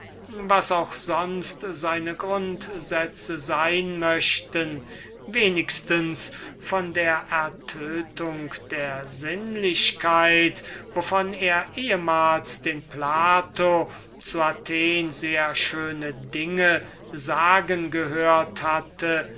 was auch sonst seine grundsätze sein möchten wenigstens von der ertödung der sinnlichkeit wovon er ehmals den plato zu athen sehr schöne dinge sagen gehört hatte